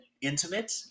intimate